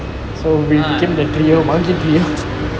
ah